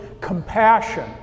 compassion